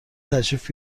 تشریف